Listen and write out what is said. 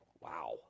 Wow